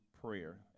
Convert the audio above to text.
prayer